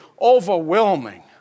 overwhelming